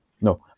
No